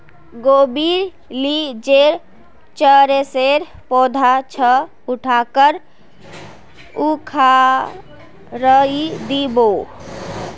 गोबीर ली जे चरसेर पौधा छ उटाक उखाड़इ दी बो